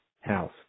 house